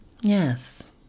Yes